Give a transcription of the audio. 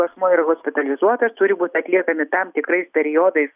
asmuo yra hospitalizuotas turi būt atliekami tam tikrais periodais